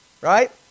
right